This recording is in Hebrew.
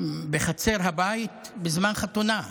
בחצר הבית בזמן חתונה.